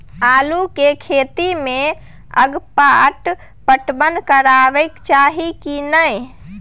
आलू के खेती में अगपाट पटवन करबैक चाही की नय?